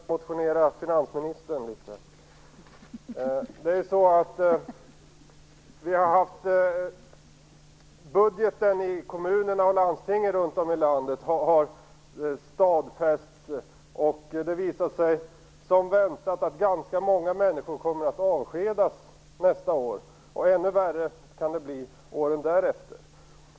Herr talman! Jag tänkte försöka bidra till att motionera finansministern litet. Budgeten i kommuner och landsting runt om i landet har stadfästs, och det har som väntat visat sig att ganska många människor kommer att avskedas nästa år. Ännu värre kan det bli åren därefter.